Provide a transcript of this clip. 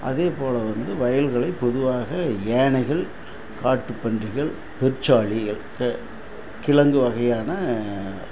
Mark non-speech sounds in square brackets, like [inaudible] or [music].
அதேபோல் வந்து வயல்களை பொதுவாக யானைகள் காட்டு பன்றிகள் பெருச்சாளிகள் [unintelligible] கிழங்கு வகையான